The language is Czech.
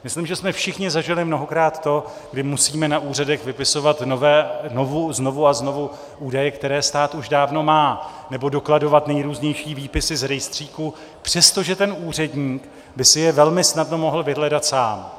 Myslím, že jsme všichni zažili mnohokrát to, kdy musíme na úřadech vypisovat znovu a znovu údaje, které stát už dávno má, nebo dokladovat nejrůznější výpisy z rejstříků, přestože ten úředník by si je velmi snadno mohl vyhledat sám.